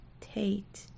Tate